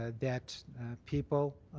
ah that people,